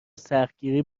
سختگیری